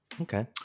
Okay